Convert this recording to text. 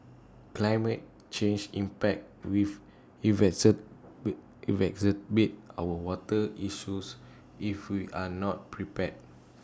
climate change impact wave our water issues if we are not prepared